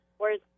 Whereas